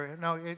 No